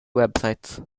websites